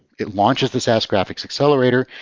it launches the sas graphics accelerator.